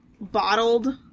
bottled